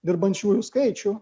dirbančiųjų skaičių